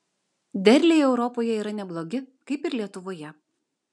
derliai europoje yra neblogi kaip ir lietuvoje